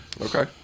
Okay